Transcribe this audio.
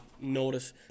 notice